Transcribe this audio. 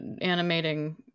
animating